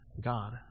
God